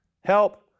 help